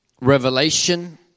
revelation